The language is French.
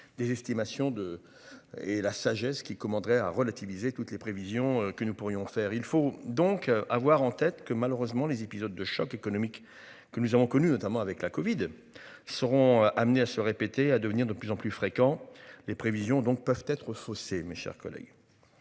des estimations de et la sagesse qui commanderait à relativiser toutes les prévisions que nous pourrions faire. Il faut donc avoir en tête que malheureusement les épisodes de choc économique que nous avons connu, notamment avec la Covid seront amenés à se répéter à devenir de plus en plus fréquent. Les prévisions donc peuvent être faussées. Mes chers collègues.